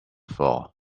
floor